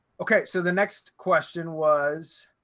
okay, so the next question was,